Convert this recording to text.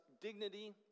dignity